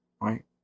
right